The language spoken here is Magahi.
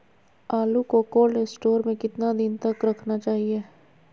आलू को कोल्ड स्टोर में कितना दिन तक रखना चाहिए?